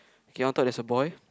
okay on top there's a boy